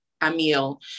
Amiel